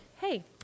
hey